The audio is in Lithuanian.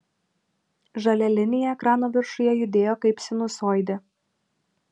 žalia linija ekrano viršuje judėjo kaip sinusoidė